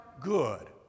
good